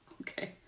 okay